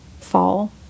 fall